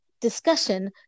discussion